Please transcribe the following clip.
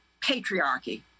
patriarchy